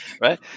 Right